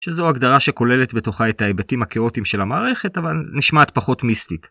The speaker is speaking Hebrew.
שזו הגדרה שכוללת בתוכה את ההיבטים הקיאוטיים של המערכת, אבל נשמעת פחות מיסטית.